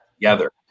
together